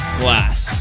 glass